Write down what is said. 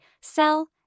sell